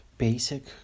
Basic